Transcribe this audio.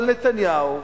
אבל נתניהו,